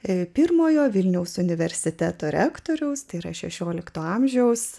ir pirmojo vilniaus universiteto rektoriaustai yra šešiolikto amžiaus